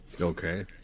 Okay